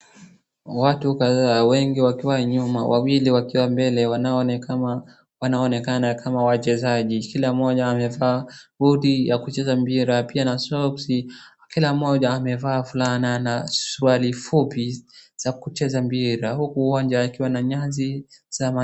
Watu kadhaa wengi wakiwa nyuma wawili wakiwa mbele wanaonekana kama wachezaji. Kila mmoja amevaa buti ya kucheza mpira pia na socks . Kila mmoja amevaa fulana na suruali fupi za kucheza mpira huku uwanja akiwa na nyasi za majano.